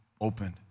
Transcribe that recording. opened